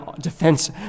defense